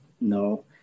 no